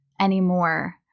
anymore